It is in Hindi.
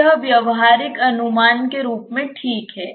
तो यह एक व्यावहारिक अनुमान के रूप में ठीक है